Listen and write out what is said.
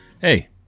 hey